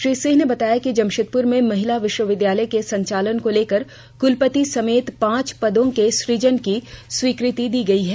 श्री सिंह ने बताया कि जमशेदप्र में महिला विश्वविद्यालय के संचालन को लेकर कलपति समेत पांच पदों के सुजन की स्वीकृति दी गयी है